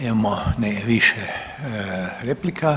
Imamo ne, više replika.